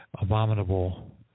abominable